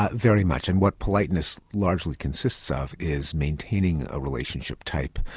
ah very much, and what politeness largely consists of is maintaining a relationship type,